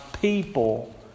people